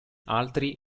altri